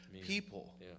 people